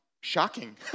shocking